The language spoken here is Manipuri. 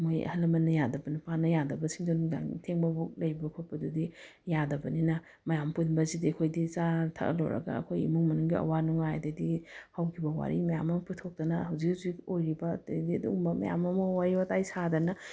ꯃꯣꯏ ꯑꯍꯜ ꯂꯃꯟꯅ ꯌꯥꯗꯕ ꯅꯨꯄꯥꯅ ꯌꯥꯗꯕꯁꯤꯡꯗꯣ ꯅꯨꯡꯗꯥꯡ ꯊꯦꯡꯕ ꯐꯥꯎ ꯂꯩꯕ ꯈꯣꯠꯄꯗꯨꯗꯤ ꯌꯥꯗꯕꯅꯤꯅ ꯃꯌꯥꯝ ꯄꯨꯟꯕꯁꯤꯗꯤ ꯑꯩꯈꯣꯏꯗꯤ ꯆꯥꯔ ꯊꯛꯑ ꯂꯣꯏꯔꯒ ꯑꯩꯈꯣꯏ ꯏꯃꯨꯡ ꯃꯅꯨꯡꯒꯤ ꯑꯋꯥ ꯅꯨꯡꯉꯥꯏ ꯑꯗꯩꯗꯤ ꯍꯧꯈꯤꯕ ꯋꯥꯔꯤ ꯃꯌꯥꯝ ꯑꯃ ꯄꯨꯊꯣꯛꯇꯅ ꯍꯧꯖꯤꯛ ꯍꯧꯖꯤꯛ ꯑꯣꯏꯔꯤꯕ ꯑꯗꯩꯗꯤ ꯑꯗꯨꯒꯨꯝꯕ ꯃꯌꯥꯝ ꯑꯃ ꯋꯥꯔꯤ ꯋꯥꯇꯥꯏ ꯁꯥꯗꯅ